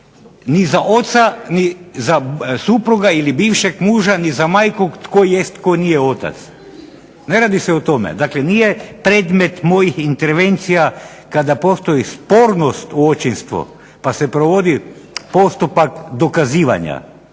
ni za oca ni za supruga ili bivšeg muža ni za majku tko jest, tko nije otac. Ne radi se o tome. Dakle, nije predmet mojih intervencija kada spoji sporno očinstvo pa se provodi postupak dokazivanja.